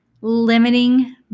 limiting